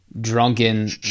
drunken